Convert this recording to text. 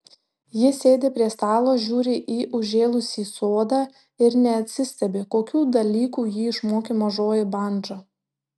jis sėdi prie stalo žiūri į užžėlusį sodą ir neatsistebi kokių dalykų jį išmokė mažoji bandža